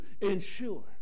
ensure